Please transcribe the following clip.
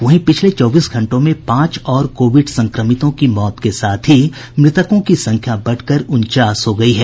वहीं पिछले चौबीस घंटों में पांच और कोविड संक्रमितों की मौत के साथ ही मृतकों की संख्या बढ़कर उनचास हो गयी है